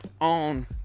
on